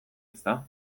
ezta